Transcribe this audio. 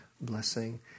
blessing